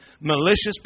malicious